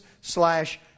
slash